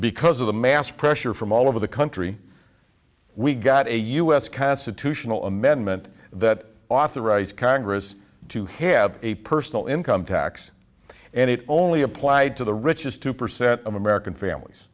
because of the mass pressure from all over the country we got a us kasa to tional amendment that authorize congress to have a personal income tax and it only applied to the richest two percent of american families